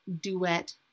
duet